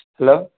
hello